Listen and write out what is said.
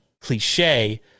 cliche